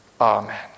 Amen